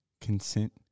consent